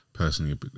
Personally